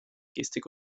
gestik